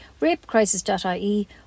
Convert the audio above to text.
rapecrisis.ie